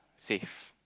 safe